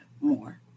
more